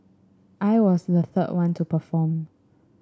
I was the third one to perform